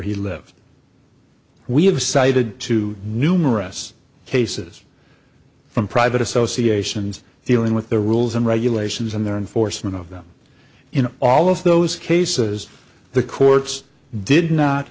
he lived we have cited to numerous cases from private associations dealing with the rules and regulations and their enforcement of them in all of those cases the courts did not